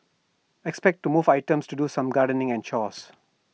expect to move items to do some gardening and chores